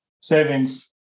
savings